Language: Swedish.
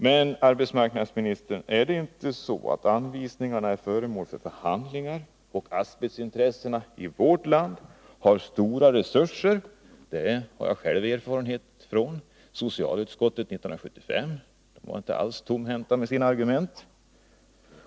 Men är det inte så, herr arbetsmarknadsminister, att anvisningarna är föremål för behandling och att asbestintressena i vårt land har stora resurser — det har jag själv erfarenhet av. Ledamöterna i socialutskottet 1975 var inte alls tomhänta på argument.